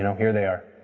here they are.